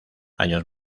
años